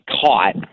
caught